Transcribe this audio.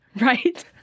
right